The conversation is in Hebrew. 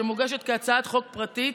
שמוגשת כהצעת חוק פרטית,